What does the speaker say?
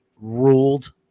ruled